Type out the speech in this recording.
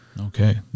okay